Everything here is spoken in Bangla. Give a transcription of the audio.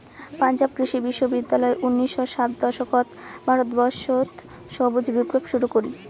পাঞ্জাব কৃষি বিশ্ববিদ্যালয় উনিশশো ষাট দশকত ভারতবর্ষত সবুজ বিপ্লব শুরু করি